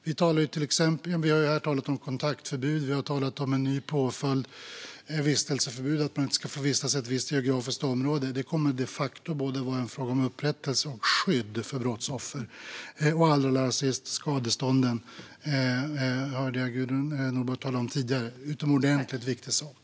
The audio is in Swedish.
Vi har här talat om kontaktförbud och om en ny påföljd, vistelseförbud, som innebär att man inte ska få vistas i ett visst geografiskt område. Detta kommer de facto att vara en fråga både om upprättelse och om skydd för brottsoffret. Allra sist har vi skadestånden, som jag hörde Gudrun Nordborg tala om tidigare. Det är en utomordentligt viktig sak.